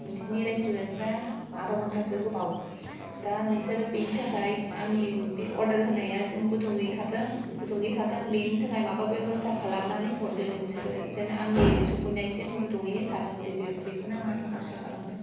नोंसिनि रेस्टुरेन्टनिफ्राय आधा घन्टासो गोबाव दा नोंसोरो बिनि थाखाय आंनि बे अर्डार होनाया जेन गुदुंङै थाथों बेनि थाखाय माबा बेब्सथा खालामनानै हरदो नोंसोरो जेन आंनि सफैनायसिम गुदुङैनो थाथोंसै बेखौनो आं आसा खालामबाय